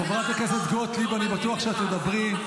חברת הכנסת גוטליב, אני בטוח שאת תדברי.